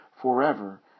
forever